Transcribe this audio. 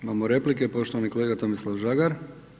Imamo replike, poštovani kolega Tomislav Žagar.